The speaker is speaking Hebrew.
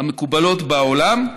המקובלות בעולם,